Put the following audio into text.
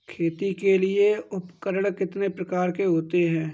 खेती के लिए उपकरण कितने प्रकार के होते हैं?